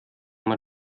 man